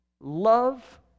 love